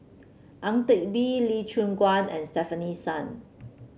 Ang Teck Bee Lee Choon Guan and Stefanie Sun